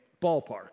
ballpark